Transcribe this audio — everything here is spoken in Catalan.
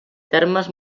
termes